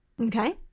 Okay